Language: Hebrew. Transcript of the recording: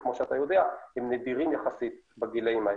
שכמו שאתה יודע הם נדירים יחסית בגילאים האלה.